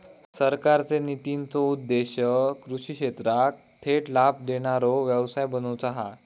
सरकारचे नितींचो उद्देश्य कृषि क्षेत्राक थेट लाभ देणारो व्यवसाय बनवुचा हा